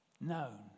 known